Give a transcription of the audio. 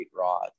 rod